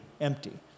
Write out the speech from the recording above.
empty